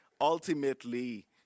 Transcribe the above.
ultimately